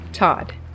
Todd